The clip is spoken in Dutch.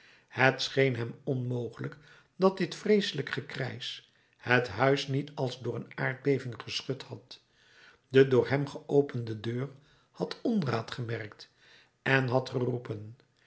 het scheen hem onmogelijk dat dit vreeselijk gekrijsch het huis niet als door een aardbeving geschud had de door hem geopende deur had onraad gemerkt en had geroepen